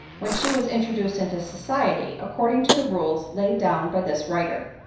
when she was introduced into society, according to the rules laid down by this writer.